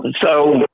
So-